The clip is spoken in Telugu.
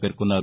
పేర్కొన్నారు